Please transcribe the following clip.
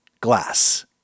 glass